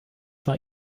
war